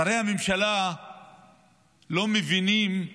שרי הממשלה לא מבינים.